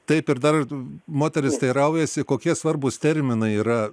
taip ir dar moteris teiraujasi kokie svarbūs terminai yra